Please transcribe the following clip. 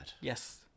Yes